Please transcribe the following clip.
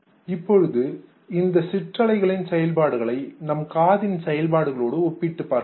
இப்பொழுது இந்த சிற்றலைகளின் செயல்பாடுகளை நம் காதின் செயல்பாடுகளோடு ஒப்பிட்டுப் பார்க்கலாம்